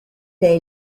est